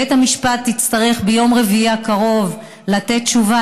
בית המשפט יצטרך ביום רביעי הקרוב לתת תשובה